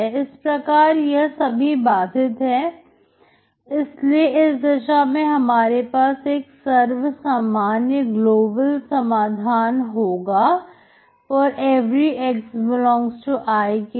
इस प्रकार यह सभी बाधित है इसलिए इस दशा में हमारे पास एक सर्वमान्य समाधान होगा ∀x∈I के लिए